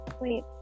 wait